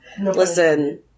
Listen